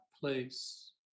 place